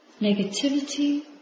negativity